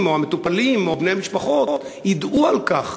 או המטופלים או בני-המשפחות ידעו על כך,